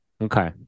Okay